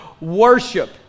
worship